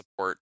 support